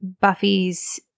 buffy's